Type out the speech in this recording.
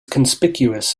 conspicuous